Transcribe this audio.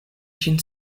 ĝin